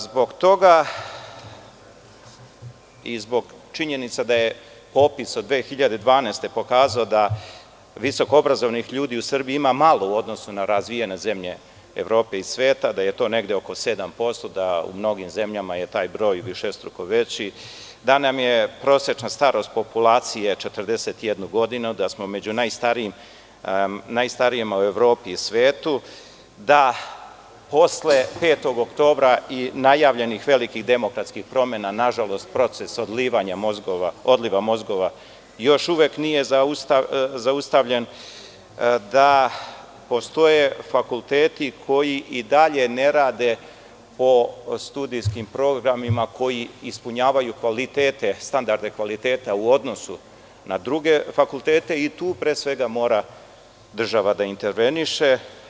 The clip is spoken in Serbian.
Zbog toga i zbog činjenice da je popis u 2012. godini pokazao da visokoobrazovnih ljudi u Srbiji ima malo u odnosu na razvijene zemlje Evrope i sveta, da je to negde oko 7%, da je u mnogim zemljama višestruko veći, da nam je prosečna starost populacije 41 godina, da smo među najstarijim u Evropi i u svetu, da posle 5. oktobra i najavljenih velikih demokratskih promena nažalost proces odlivanja mozgova još uvek nije zaustavljen, da postoje fakulteti koji i dalje ne rade po studijskim programima koji ispunjavaju kvalitete, standarde kvaliteta u odnosu na druge fakultete i tu pre svega mora država da interveniše.